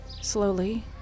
Slowly